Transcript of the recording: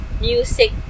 music